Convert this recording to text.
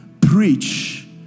preach